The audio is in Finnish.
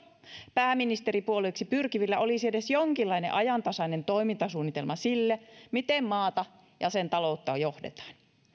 pääministeripuolueiksi pyrkivillä olisi edes jonkinlainen ajantasainen toimintasuunnitelma sille miten maata ja sen taloutta johdetaan